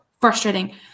frustrating